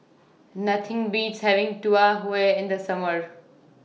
Nothing Beats having Tau Huay in The Summer